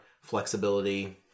flexibility